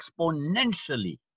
exponentially